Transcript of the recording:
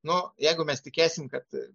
nu jeigu mes tikėsim kad